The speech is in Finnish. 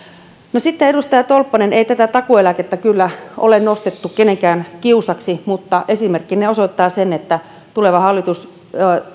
edustaja tolppanen ei tätä takuueläkettä kyllä ole nostettu kenenkään kiusaksi mutta esimerkkinne osoittaa sen että tuleva hallitus